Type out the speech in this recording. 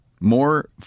more –